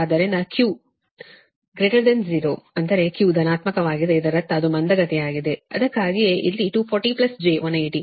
ಆದ್ದರಿಂದ Q 0 ಅಂದರೆ Q ಧನಾತ್ಮಕವಾಗಿದ್ದರೆ ಇದರರ್ಥ ಅದು ಮಂದಗತಿಯಾಗಿದೆ ಅದಕ್ಕಾಗಿಯೇ ಇಲ್ಲಿ 240 j 180